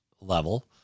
level